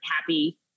happy